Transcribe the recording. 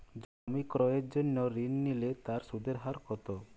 জমি ক্রয়ের জন্য ঋণ নিলে তার সুদের হার কতো?